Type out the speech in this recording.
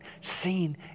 seen